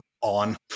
on